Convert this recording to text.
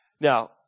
Now